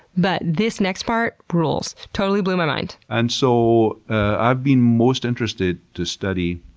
but, this next part rules. totally blew my mind! and so i've been most interested to study